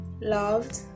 loved